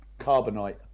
Carbonite